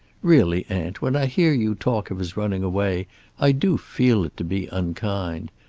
really, aunt, when i hear you talk of his running away i do feel it to be unkind.